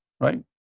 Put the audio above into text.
Right